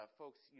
folks